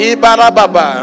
Ibarababa